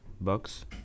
Bucks